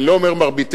אני לא אומר מרביתנו,